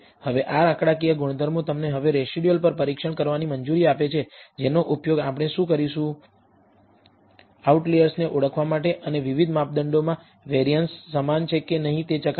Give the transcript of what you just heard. હવે આ આંકડાકીય ગુણધર્મો તમને હવે રેસિડયુઅલ પર પરીક્ષણ કરવાની મંજૂરી આપે છે જેનો ઉપયોગ આપણે શું કરીશું આઉટલિઅર્સને ઓળખવા માટે અને વિવિધ માપદંડોમાં વેરિઅન્સ સમાન છે કે નહીં તે પણ ચકાસવા માટે